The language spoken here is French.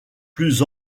plus